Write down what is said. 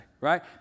right